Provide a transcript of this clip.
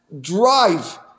drive